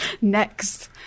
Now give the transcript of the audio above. Next